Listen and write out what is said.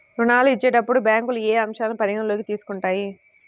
ఋణాలు ఇచ్చేటప్పుడు బ్యాంకులు ఏ అంశాలను పరిగణలోకి తీసుకుంటాయి?